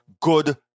good